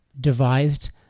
devised